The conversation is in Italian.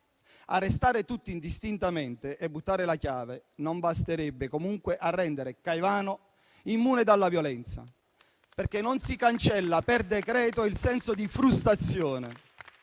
Arrestare tutti indistintamente e buttare la chiave non basterebbe comunque a rendere Caivano immune dalla violenza, perché non si cancella per decreto il senso di frustrazione,